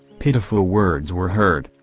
pitiful words were heard,